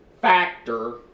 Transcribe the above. factor